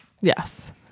Yes